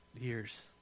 years